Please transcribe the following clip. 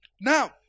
Now